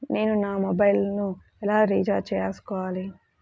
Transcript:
నేను నా మొబైల్కు ఎలా రీఛార్జ్ చేసుకోవాలి?